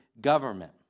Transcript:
government